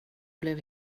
blev